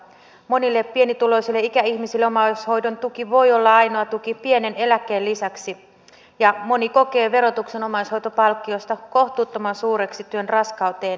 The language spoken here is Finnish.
monille pienituloisille ikäihmisille omaishoidon tuki voi olla ainoa tuki pienen eläkkeen lisäksi ja moni kokee verotuksen omaishoitopalkkiosta kohtuuttoman suureksi työn raskauteen nähden